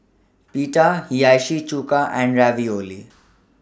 Pita Hiyashi Chuka and Ravioli